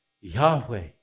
Yahweh